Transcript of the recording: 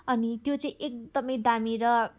अनि त्यो चाहिँ एकदमै दामी र